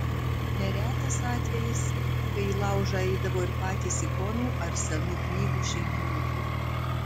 neretas atvejis kai į laužą eidavo ir patys ikonų ar senų knygų šeimininkai